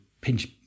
pinch